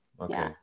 okay